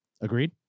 Agreed